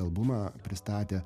albumą pristatė